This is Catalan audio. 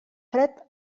fred